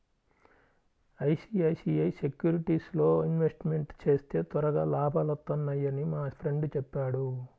ICICI సెక్యూరిటీస్లో investment చేస్తే త్వరగా లాభాలొత్తన్నయ్యని మా ఫ్రెండు చెప్పాడు